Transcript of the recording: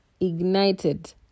Ignited